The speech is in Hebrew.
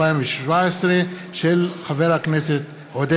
לחברי חבר הכנסת רועי